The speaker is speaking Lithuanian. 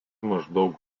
maždaug